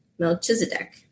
Melchizedek